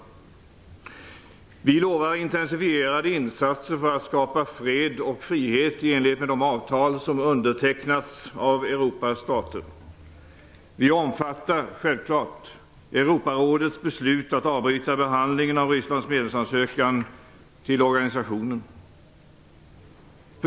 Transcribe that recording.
Vi lovar intensifierade insatser för att skapa fred och frihet i enlighet med de avtal som undertecknats av Europas stater. Vi omfattar självfallet Europarådets beslut att avbryta behandlingen av Rysslands medlemsansökan till organisationen.